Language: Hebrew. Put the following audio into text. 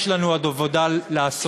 יש לנו עוד עבודה לעשות.